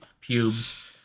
pubes